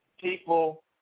People